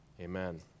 Amen